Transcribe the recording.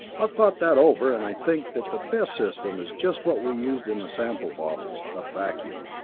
i've thought that over, and i think that the best system is just what we used in the sample bottles a vacuum.